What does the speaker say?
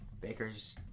Bakers